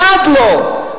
אחת לא.